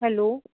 hello